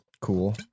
cool